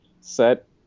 set